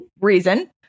reason